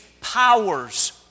powers